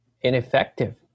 ineffective